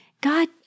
God